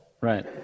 Right